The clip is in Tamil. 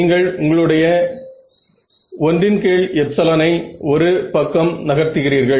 நீங்கள் உங்களுடைய 1εr ஐ ஒரு பக்கம் நகர்த்துகிறீர்கள்